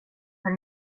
för